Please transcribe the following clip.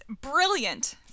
brilliant